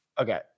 Okay